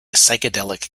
psychedelic